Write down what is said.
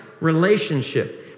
relationship